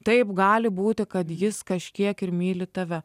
taip gali būti kad jis kažkiek ir myli tave